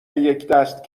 یکدست